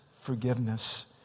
forgiveness